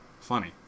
funny